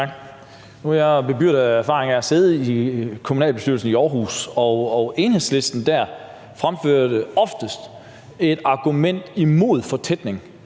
jeg bebyrdet med den erfaring at have siddet i kommunalbestyrelsen i Aarhus, og dér fremførte Enhedslisten oftest et argument imod fortætning